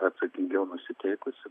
atsakingiau nusiteikusi